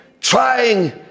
trying